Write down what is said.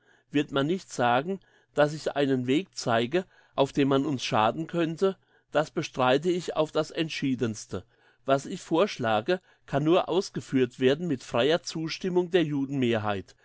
wird man nicht sagen dass ich einen weg zeige auf dem man uns schaden könnte das bestreite ich auf das entschiedenste was ich vorschlage kann nur ausgeführt werden mit freier zustimmung der